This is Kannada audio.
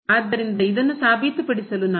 ಆದ್ದರಿಂದ ಇದನ್ನು ಸಾಬೀತುಪಡಿಸಲು ನಾವು